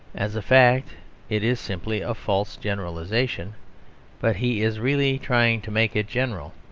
as a fact it is simply a false generalisation but he is really trying to make it general.